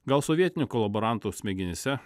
gal sovietinių kolaborantų smegenyse